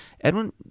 Edwin